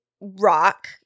rock